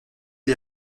les